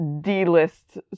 D-list